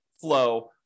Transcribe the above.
flow